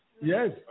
Yes